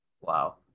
wow